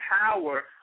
power